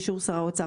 באישור שר האוצר